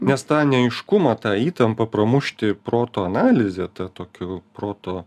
nes tą neaiškumą tą įtampą pramušti proto analize ta tokiu proto